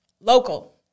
local